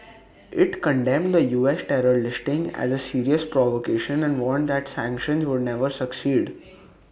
IT condemned the U S terror listing as A serious provocation and warned that sanctions would never succeed